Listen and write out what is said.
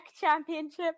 Championship